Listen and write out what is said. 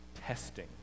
testing